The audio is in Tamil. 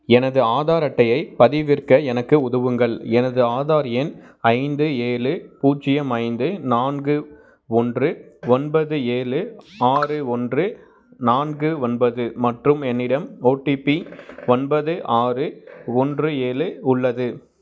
எனது ஆதார் அட்டையைப் பதிவிறக்க எனக்கு உதவுங்கள் எனது ஆதார் எண் ஐந்து ஏழு பூஜ்ஜியம் ஐந்து நான்கு ஒன்று ஒன்பது ஏழு ஆறு ஒன்று நான்கு ஒன்பது மற்றும் என்னிடம் ஓடிபி ஒன்பது ஆறு ஒன்று ஏழு உள்ளது